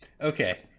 Okay